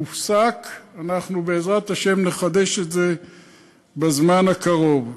הופסק, ואנחנו בעזרת השם נחדש את זה בזמן הקרוב.